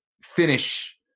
finish